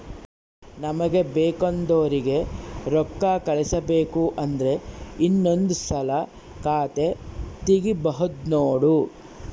ನಮಗೆ ಬೇಕೆಂದೋರಿಗೆ ರೋಕ್ಕಾ ಕಳಿಸಬೇಕು ಅಂದ್ರೆ ಇನ್ನೊಂದ್ಸಲ ಖಾತೆ ತಿಗಿಬಹ್ದ್ನೋಡು